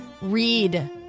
read